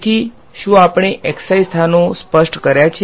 તેથી શું આપણે સ્થાનો સ્પષ્ટ કર્યા છે